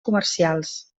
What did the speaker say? comercials